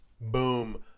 Boom